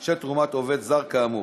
של תרומת עובד זר כאמור.